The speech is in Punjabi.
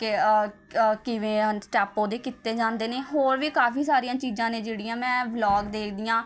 ਕਿ ਕਿਵੇਂ ਸਟੈਪ ਉਹਦੇ ਕੀਤੇ ਜਾਂਦੇ ਨੇ ਹੋਰ ਵੀ ਕਾਫੀ ਸਾਰੀਆਂ ਚੀਜ਼ਾਂ ਨੇ ਜਿਹੜੀਆਂ ਮੈਂ ਵਲੋਗ ਦੇਖਦੀ ਹਾਂ